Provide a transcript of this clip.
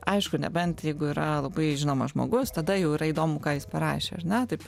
aišku nebent jeigu yra labai žinomas žmogus tada jau yra įdomu ką jis parašė ar ne taip